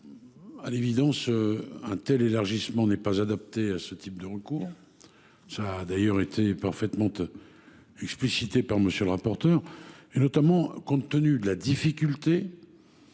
À l’évidence, un tel élargissement n’est pas adapté à ce type de recours, comme cela a d’ailleurs été parfaitement expliqué par M. le rapporteur, compte tenu notamment de la difficulté